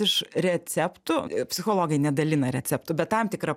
iš receptų i psichologai nedalina receptų bet tam tikra